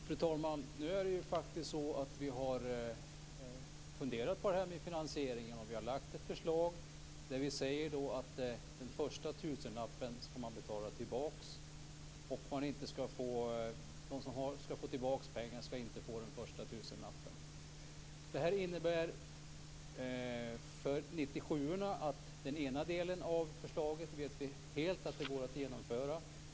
Fru talman! Vi har faktiskt funderat över finansieringen. Vi har lagt ett förslag där vi säger att man skall betala tillbaka den första tusenlappen, och att de som skall få tillbaka pengar inte skall få den första tusenlappen. Det innebär att vi vet att den ena delen av förslaget helt går att genomföra när det gäller 97:orna.